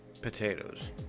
potatoes